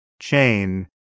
chain